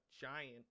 giant